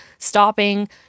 stopping